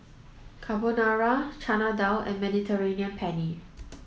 Carbonara Chana Dal and Mediterranean Penne